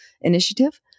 initiative